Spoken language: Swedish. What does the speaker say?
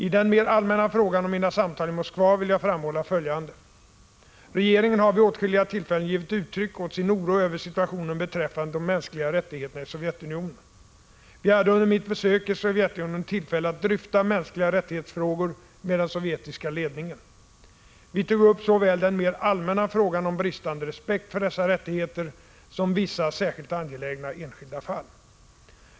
I den mer allmänna frågan om mina samtal i Moskva vill jag framhålla följande. Regeringen har vid åtskilliga tillfällen givit uttryck åt sin oro över situationen beträffande de mänskliga rättigheterna i Sovjetunionen. Vi hade under mitt besök i Sovjetunionen tillfälle att dryfta frågor om mänskliga rättigheter med den sovjetiska ledningen. Vi tog upp såväl den mer allmänna frågan om bristande respekt för dessa rättigheter som vissa särskilt angelägna enskilda fall.